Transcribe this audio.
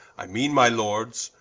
i meane, my lords,